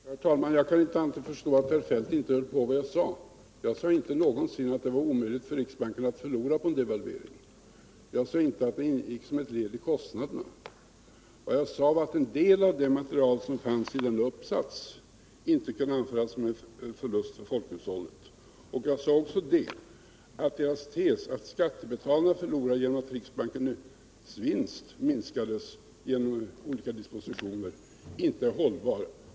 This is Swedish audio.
Herr talman! Jag kan inte förstå annat än att herr Feldt inte hörde på vad jag sade. Jag sade inte att det var omöjligt för riksbanken att förlora på en devalvering. Jag sade inte heller att det ingick som ett led i kostnaderna. Vad jag sade var att en del av det material som fanns i denna uppsats inte kunde anföras som en förlust för folkhushållet. Jag sade också att tesen att skattebetalarna förlorat genom att riksbankens vinst minskat genom olika dispositioner inte är hållbar.